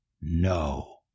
no